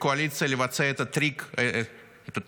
לקואליציה לבצע את הטריק הקבוע,